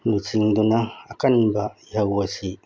ꯂꯨꯆꯤꯡꯗꯨꯅ ꯑꯀꯟꯕ ꯏꯍꯧ ꯑꯁꯤ